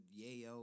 yayo